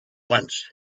once